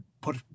put